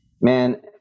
man